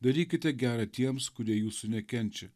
darykite gera tiems kurie jūsų nekenčia